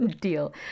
deal